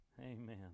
amen